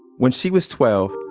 when she was twelve,